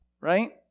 right